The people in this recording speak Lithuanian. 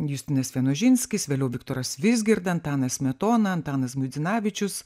justinas vienožinskis vėliau viktoras vizgirda antanas smetona antanas žmuidzinavičius